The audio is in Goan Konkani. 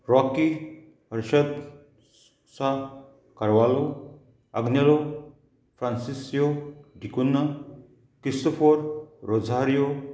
रॉकी हर्शात सा कारवालो अग्नेलो फ्रांसिसियो डि कुन्हा क्रिस्फोर रोझारियो